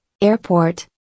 Airport